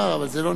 אבל זה לא נגמר.